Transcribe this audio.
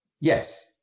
yes